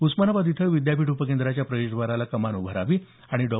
उस्मानाबाद इथं विद्यापीठ उपकेंद्राच्या प्रवेशद्वाराला कमान उभारावी आणि डॉ